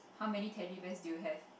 how many Teddy Bears do you have